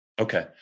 okay